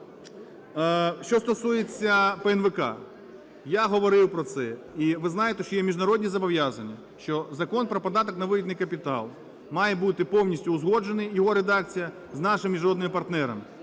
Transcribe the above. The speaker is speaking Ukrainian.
Що стосується ПнВК, я говорив про це. І ви знаєте, що є міжнародні зобов'язання, що закон про податок на виведений капітал має бути повністю узгоджений, його редакція, з нашими міжнародними партнерами.